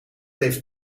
heeft